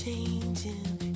Changing